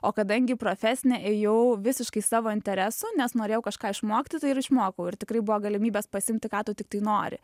o kadangi į profesinę ėjau visiškai savo interesu nes norėjau kažką išmokti tai ir išmokau ir tikrai buvo galimybės pasiimti ką tu tiktai nori